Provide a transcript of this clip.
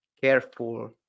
careful